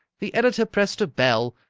the editor pressed a bell,